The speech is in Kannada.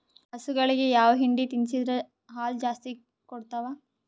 ಹಸುಗಳಿಗೆ ಯಾವ ಹಿಂಡಿ ತಿನ್ಸಿದರ ಹಾಲು ಜಾಸ್ತಿ ಕೊಡತಾವಾ?